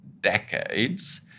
decades